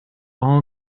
all